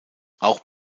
auch